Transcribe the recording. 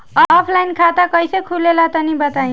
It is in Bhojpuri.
ऑफलाइन खाता कइसे खुले ला तनि बताई?